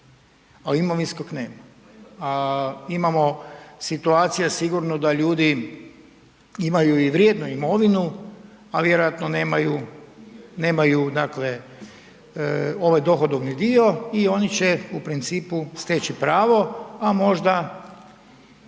a imovinskog nema. A imamo situacija sigurno da ljudi imaju i vrijednu imovinu, a vjerojatno nemaju ovaj dohodovni dio i oni će u principu steći pravo, a možda